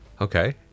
Okay